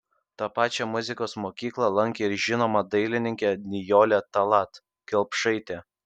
tą pačią muzikos mokyklą lankė ir žinoma dainininkė nijolė tallat kelpšaitė